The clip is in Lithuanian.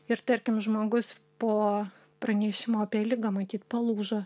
ir tarkim žmogus po pranešimo apie ligą matyt palūžo